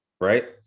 right